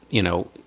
you know,